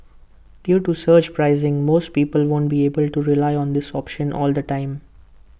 due to surge pricing most people won't be able to rely on this option all the time